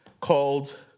called